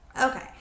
okay